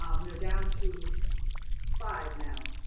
um we are down to five now.